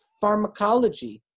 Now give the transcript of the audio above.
pharmacology